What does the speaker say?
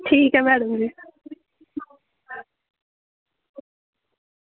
ठीक ऐ